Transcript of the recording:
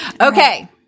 okay